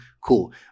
cool